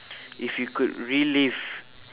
if you could relive